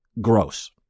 gross